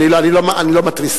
אני לא מתריס,